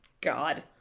God